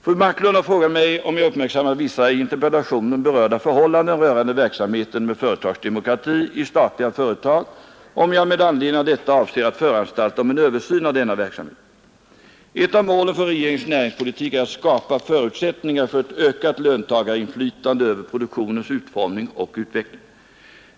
Fru Marklund har frågat mig om jag har uppmärksammat vissa i interpellationen berörda förhållanden rörande verksamheten med företagsdemokrati i statliga företag och om jag med anledning av detta avser att föranstalta om en översyn av denna verksamhet. Ett av målen för regeringens näringspolitik är att skapa förutsättningar för ett ökat löntagarinflytande över produktionens utformning och utveckling.